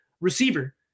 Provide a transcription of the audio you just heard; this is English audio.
receiver